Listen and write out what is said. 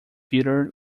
peter